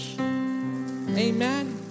Amen